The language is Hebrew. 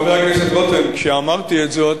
חבר הכנסת רותם, כשאמרתי את זאת